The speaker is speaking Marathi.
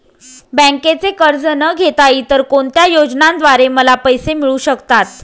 बँकेचे कर्ज न घेता इतर कोणत्या योजनांद्वारे मला पैसे मिळू शकतात?